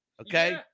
Okay